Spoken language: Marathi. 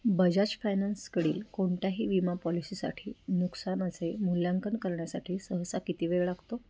बजाज फायनान्सकडील कोणताही विमा पॉलिसीसाठी नुकसान असे मूल्यांकन करण्यासाठी सहसा किती वेळ लागतो